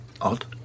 Odd